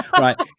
Right